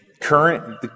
current